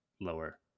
lower